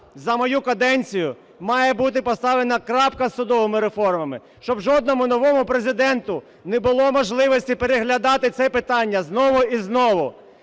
за мою каденцію має бути поставлена крапка з судовими реформами, щоб жодному новому Президенту не було можливості переглядати це питання знову і знову.